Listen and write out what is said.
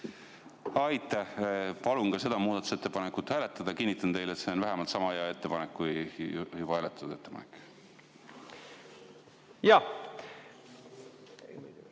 Aitäh! Palun ka seda muudatusettepanekut hääletada. Kinnitan teile, et see on vähemalt sama hea ettepanek kui juba hääletatud ettepanek.